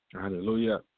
Hallelujah